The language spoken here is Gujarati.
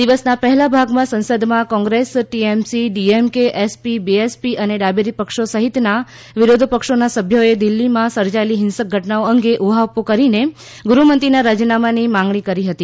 દિવસના પહેલા ભાગમાં સંસદમાં Congress TMC DMK SP BSP અને ડાબેરી પક્ષો સહિતના વિરોધપક્ષોના સભ્યોએ દિલ્હીમાં સર્જાયેલી હિંસક ઘટનાઓ અંગે ઊહાપોહ કરીને ગૃહમંત્રીના રાજીનામાની માગણી કરી હતી